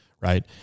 right